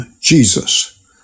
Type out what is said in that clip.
Jesus